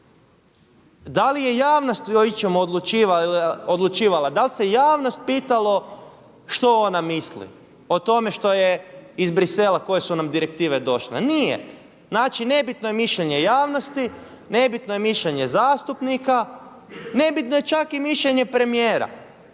Da li je javnost o ičemu odlučivala, dal se javnost pitalo što ona misli o tome što je iz Bruxellesa koje su nam direktive došle? Nije. Znači nebitno je mišljenje javnosti, nebitno je mišljenje zastupnika, nebitno je čak i mišljenje premijera.